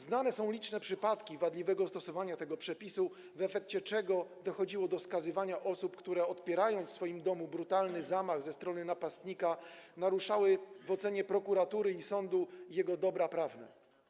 Znane są liczne przypadki wadliwego stosowania tego przepisu, w efekcie czego dochodziło do skazywania osób, które odpierając w swoim domu brutalny zamach ze strony napastnika, naruszały w ocenie prokuratury i sądu jego dobra prawne.